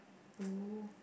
oh